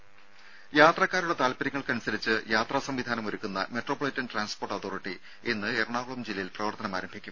ദേഴ യാത്രക്കാരുടെ താല്പര്യങ്ങൾക്കനുസരിച്ച് യാത്രാ സംവിധാനം ഒരുക്കുന്ന മെട്രോപൊളിറ്റൻ ട്രാൻസ്പോർട്ട് അതോറിറ്റി ഇന്ന് എറണാകുളം ജില്ലയിൽ പ്രവർത്തനമാരംഭിക്കും